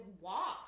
walk